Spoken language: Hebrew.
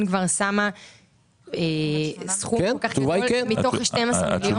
כבר שמה סכום כל כך גדול מתוך ה-12 מיליון?